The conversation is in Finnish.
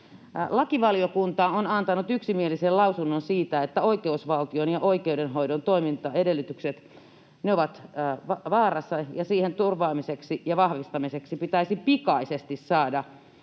Lakivaliokunta on antanut yksimielisen lausunnon siitä, että oikeusvaltion ja oikeudenhoidon toimintaedellytykset ovat vaarassa ja niiden turvaamiseksi ja vahvistamiseksi pitäisi pikaisesti saada